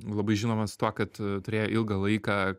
labai žinomas tuo kad turėjo ilgą laiką